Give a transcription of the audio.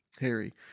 Harry